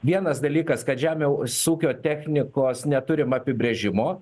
vienas dalykas kad žemiaus ūkio technikos neturim apibrėžimo